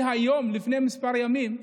לפני כמה ימים,